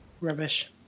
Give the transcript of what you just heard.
Rubbish